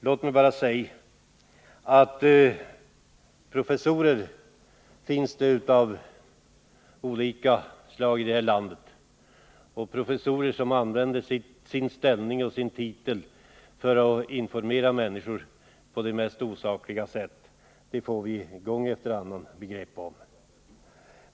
Låt mig bara säga: Professorer finns det av olika slag i det här landet, och professorer som använder sin ställning och sin titel för att informera människor på det mest osakliga sätt får vi gång efter annan exempel på.